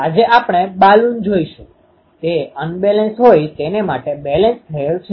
આજે આપડે બાલુન જોઈશુ તે અન્બેલેન્સ unbalancedઅસંતુલિત હોય તેને માટે બેલેન્સડbalancedસંતુલિત થયેલ છે